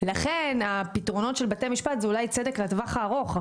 לכן הפתרונות של בתי משפט הם אולי צדק לטווח הארוך,